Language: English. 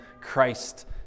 Christ